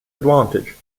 advantage